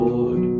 Lord